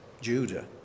Judah